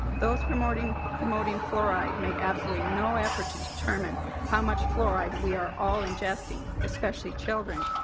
those promoting promoting fluoride made absolutely no effort to determine how much fluoride we are all ingesting, especially children,